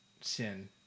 sin